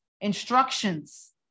instructions